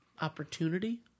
opportunity